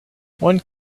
one